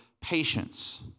patience